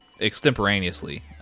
extemporaneously